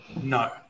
no